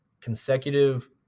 consecutive